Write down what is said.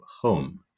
home